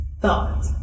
thought